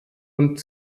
und